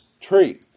tree